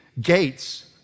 gates